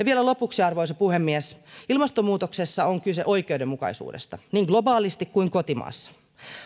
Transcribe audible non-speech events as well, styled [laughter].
[unintelligible] vielä lopuksi arvoisa puhemies ilmastonmuutoksessa on kyse oikeudenmukaisuudesta niin globaalisti kuin kotimaassakin